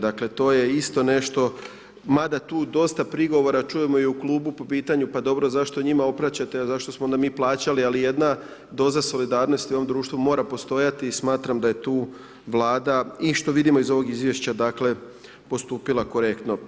Dakle, to je isto nešto, mada tu dosta prigovora čujemo i u klubu po pitanju, pa dobro zašto njima otpraćate, a zašto smo onda mi plaćali, ali jedna doza solidarnosti u ovom društvu mora postojati i smatram da je tu vlada i što vidimo iz ovog izvješća postupila korektno.